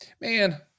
Man